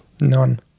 None